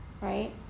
right